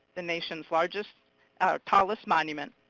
the nation's largest tallest monument.